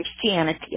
Christianity